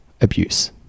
abuse